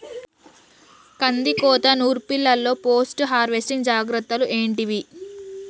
కందికోత నుర్పిల్లలో post harvesting జాగ్రత్తలు ఏంటివి?